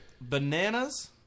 bananas